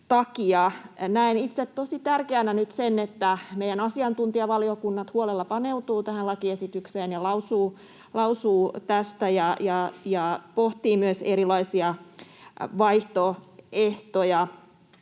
Näen itse tosi tärkeänä nyt sen, että meidän asiantuntijavaliokunnat huolella paneutuvat tähän lakiesitykseen ja lausuvat tästä ja pohtivat myös erilaisia vaihtoehtoja.